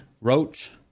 Roach